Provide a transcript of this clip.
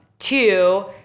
Two